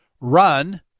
run